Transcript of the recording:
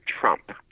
Trump